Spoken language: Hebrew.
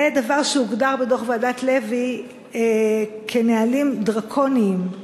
זה דבר שהוגדר בדוח ועדת לוי כנהלים דרקוניים.